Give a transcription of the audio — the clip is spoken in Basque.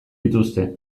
dituzte